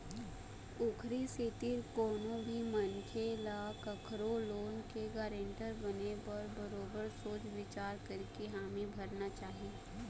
ओखरे सेती कोनो भी मनखे ल कखरो लोन के गारंटर बने बर बरोबर सोच बिचार करके हामी भरना चाही